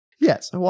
Yes